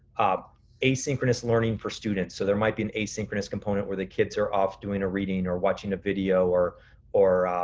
ah asynchronous learning for students. so there might be an asynchronous component where the kids are off doing a reading or watching a video or or